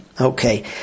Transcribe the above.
Okay